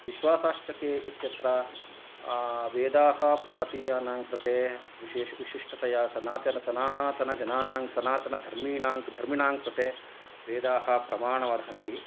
विश्वासाश्चके इत्यत्र वेदाः भारतीयानां कृते विशेष विशिष्टतया सनातन सनातनजनानां सनातनधर्मीणां धर्मिणां कृते वेदाः प्रमाणमर्हन्ति